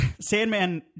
Sandman